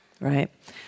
right